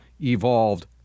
evolved